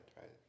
Right